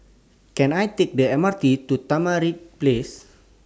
Can I Take The M R T to Tamarind Place